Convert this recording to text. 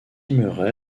murray